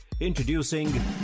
Introducing